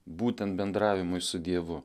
būtent bendravimui su dievu